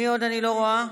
מי עוד אני לא רואה?